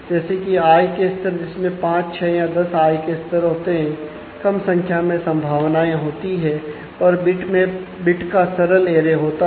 bitmap indexing होता है